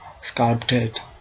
sculpted